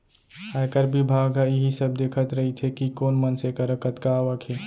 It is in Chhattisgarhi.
आयकर बिभाग ह इही सब देखत रइथे कि कोन मनसे करा कतका आवक हे